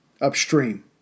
upstream